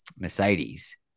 Mercedes